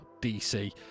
DC